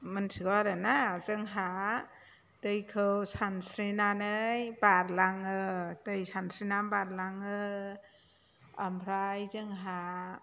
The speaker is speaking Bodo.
मिन्थिगौ आरोना जोंहा दैखौ सानस्रिनानै बारलाङो दै सानस्रिना बारलाङो ओमफ्राय जोंहा